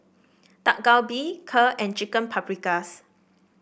Dak Galbi Kheer and Chicken Paprikas